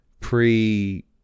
pre